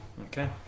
Okay